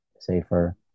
safer